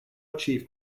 achieve